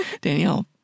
Danielle